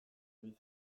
bizi